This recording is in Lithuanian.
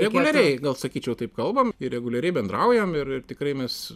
reguliariai gal sakyčiau taip kalbam ir reguliariai bendraujam ir ir tikrai mes